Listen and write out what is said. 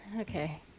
okay